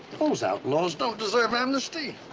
those outlaws don't deserve amnesty.